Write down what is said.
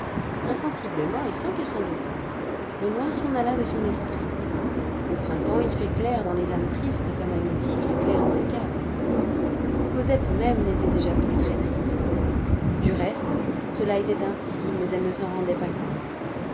insensiblement et sans qu'elle s'en doutât le noir s'en alla de son esprit au printemps il fait clair dans les âmes tristes comme à midi il fait clair dans les caves cosette même n'était déjà plus très triste du reste cela était ainsi mais elle ne s'en rendait pas compte